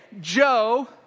Joe